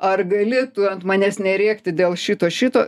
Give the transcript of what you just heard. ar gali tu ant manęs nerėkti dėl šito šito